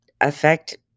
affect